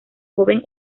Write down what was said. joven